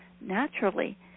naturally